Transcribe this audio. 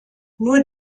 nur